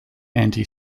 anti